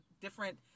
different